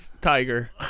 tiger